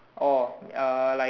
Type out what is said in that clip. oh uh